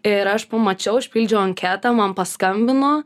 ir aš pamačiau užpildžiau anketą man paskambino